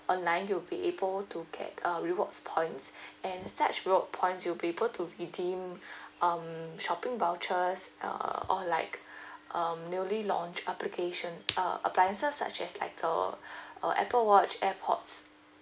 online you'll be able to get uh rewards points and such rewards points you'll be able to be redeem um shopping vouchers uh or like um newly launched application uh appliances such as like uh uh Apple watch airpods